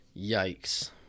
Yikes